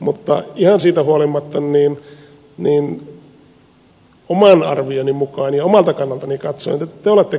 mutta ihan siitä huolimatta oman arvioni mukaan ja omalta kannaltani katsoen te olette